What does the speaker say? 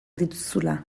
dituzula